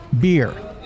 beer